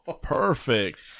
perfect